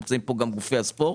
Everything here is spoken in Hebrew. נמצאים כאן גם גופי הספורט.